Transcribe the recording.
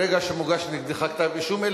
היא מוסרת ברגע שמוגש נגדך כתב-אישום,